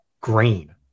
green